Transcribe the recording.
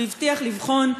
הוא הבטיח לבחון.